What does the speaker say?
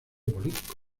político